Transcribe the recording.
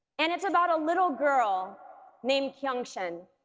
and it's about a little girl named kyung-shen.